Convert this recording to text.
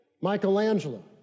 Michelangelo